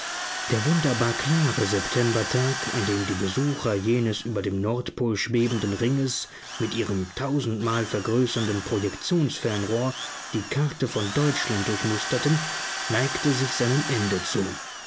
der wunderbar klare septembertag an dem die besucher jenes über dem nordpol schwebenden ringes mit ihrem tausendmal vergrößernden projektionsfernrohr die karte von deutschland durchmusterten neigte sich seinem ende zu